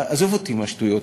עזוב אותי מהשטויות,